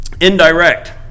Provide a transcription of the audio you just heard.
Indirect